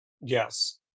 Yes